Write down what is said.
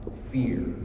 fear